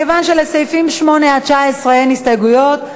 מכיוון שלסעיפים 8 19 אין הסתייגויות,